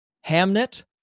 Hamnet